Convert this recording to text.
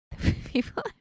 people